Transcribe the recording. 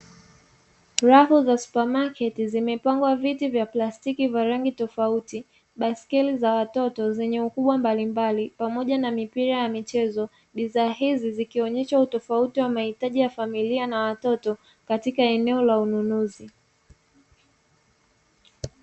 Rafu za supamaketi zimepangwa viti vya plastiki vya rangi tofauti, baiskeli za watoto zenye ukubwa mbalimbali, pamoja na mipira ya michezo. Bidhaa hizi zikionyesha utofauti wa mahitaji ya familia na watoto katika eneo la ununuzi.